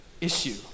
issue